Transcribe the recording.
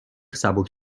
سبک